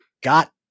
got